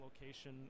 location